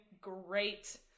great